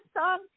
song